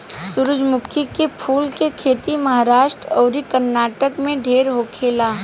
सूरजमुखी के फूल के खेती महाराष्ट्र अउरी कर्नाटक में ढेर होखेला